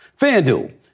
FanDuel